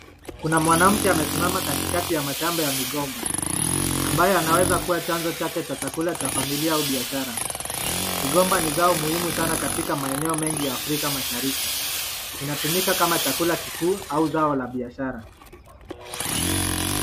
Kuna mwanamke amesimama katikati ya mashamba ya migomba ambayo yanaweza kuwa chanzo chake cha chakula cha familia au biashara . Migomba ni zao muhimu sana katika maeneo mengi ya afrika mashariki .Inatumika kama chakula kikuu au zao la biashara.